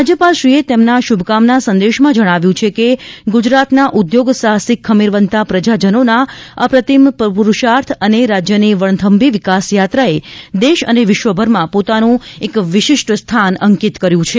રાજ્યપાલશ્રીએ તેમના શુભકામના સંદેસમાં જણાવ્યું છે કે ગુજરાતના ઉદ્યોગ સાહસિક ખમીરવંતા પ્રજાજનોના અપ્રતિમ પુરૂષાર્થ અને રાજ્યની વગ્નથંભી વિકાસ યાત્રાએ દેશ અને વિશ્વભરમાં પોતાનું એક વિશિષ્ટ સ્થાન અંકિત કર્યું છે